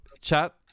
chat